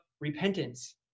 repentance